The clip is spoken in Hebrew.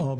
או